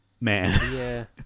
man